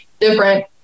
different